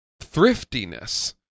thriftiness